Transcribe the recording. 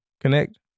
Connect